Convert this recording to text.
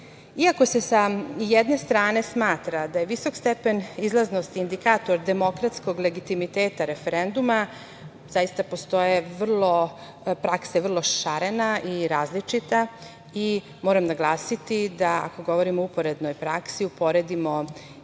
se sa jedne strane smatra da je visok stepen izlaznosti indikator demokratskog legitimiteta referenduma, praksa je vrlo šarena i različita. Moram naglasiti da ako govorimo o uporednoj praksi uporedimo iskustva